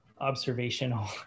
observational